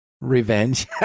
Revenge